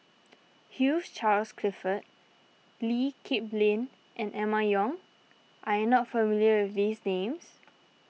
Hugh Charles Clifford Lee Kip Lin and Emma Yong are you not familiar with these names